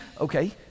Okay